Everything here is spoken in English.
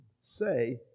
say